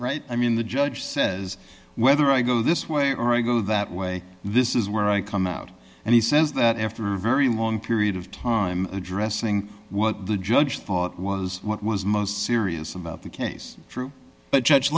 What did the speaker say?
only i mean the judge says whether i go this way or i go that way this is where i come out and he says that after a very long period of time addressing what the judge thought was what was most serious about the case